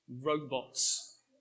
robots